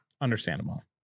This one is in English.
Understandable